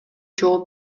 жооп